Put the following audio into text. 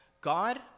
God